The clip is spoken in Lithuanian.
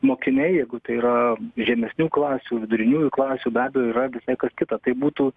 mokiniai jeigu tai yra žemesnių klasių viduriniųjų klasių be abejo yra visai kas kita tai būtų